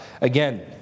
Again